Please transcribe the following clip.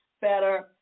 better